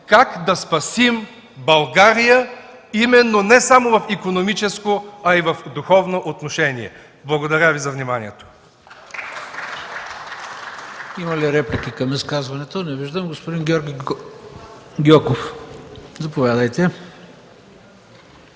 как да спасим България не само в икономическо, но и в духовно отношение! Благодаря Ви за вниманието.